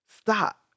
Stop